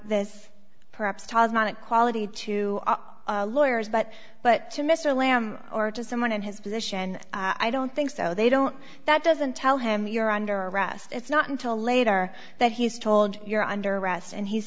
this perhaps tonic quality to lawyers but but to mr lamb or to someone in his position i don't think so they don't that doesn't tell him you're under arrest it's not until later that he's told you're under arrest and he's